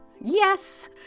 Yes